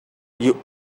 you